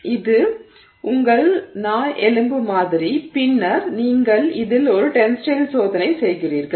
எனவே அது உங்கள் நாய் எலும்பு மாதிரி பின்னர் நீங்கள் இதில் ஒரு டென்ஸைல் சோதனை செய்கிறீர்கள்